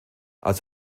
als